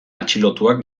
atxilotuak